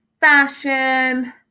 fashion